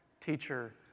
teacher